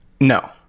no